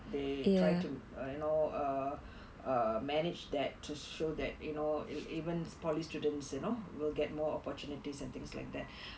they try to err you know err err manage that to show that you know that even polytechnic students you know will get more opportunities and things like that